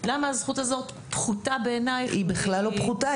למה הזכות הזאת פחותה בעיניי --- היא בכלל לא פחותה.